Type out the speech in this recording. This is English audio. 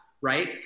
right